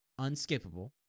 unskippable